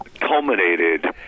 culminated